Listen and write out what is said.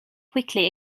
quickly